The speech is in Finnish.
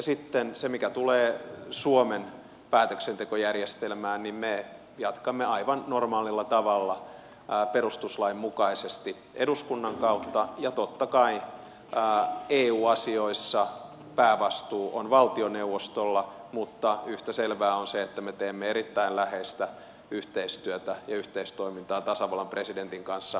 sitten mitä tulee suomen päätöksentekojärjestelmään niin me jatkamme aivan normaalilla tavalla perustuslain mukaisesti eduskunnan kautta ja totta kai eu asioissa päävastuu on valtioneuvostolla mutta yhtä selvää on se että me teemme erittäin läheistä yhteistyötä ja yhteistoimintaa tasavallan presidentin kanssa